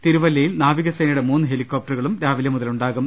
തിരുവല്പയിൽ നാവികസേനയുടെ മൂന്ന് ഹെലികോപ്ടറുകളും രാവിലെമുതലുണ്ടാകും